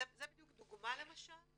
זו דוגמה למשל,